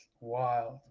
wild